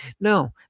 No